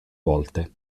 volte